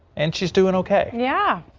and she's doing okay, yeah.